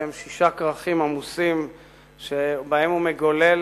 שהם שישה כרכים עמוסים שבהם הוא מגולל